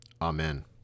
Amen